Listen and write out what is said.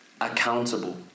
Accountable